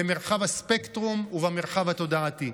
במרחב הספקטרום ובמרחב התודעתי.